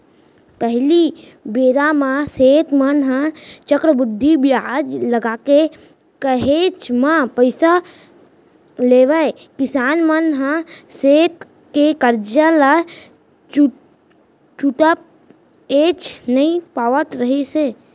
पहिली बेरा म सेठ मन ह चक्रबृद्धि बियाज लगाके काहेच के पइसा लेवय किसान मन ह सेठ के करजा ल छुटाएच नइ पावत रिहिस हे